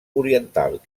oriental